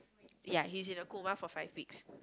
ya he's in a coma for five weeks